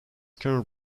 current